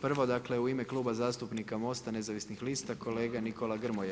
Prvo, dakle, u ime Kluba zastupnika Mosta nezavisnih lista kolega Nikola Grmoja.